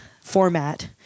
format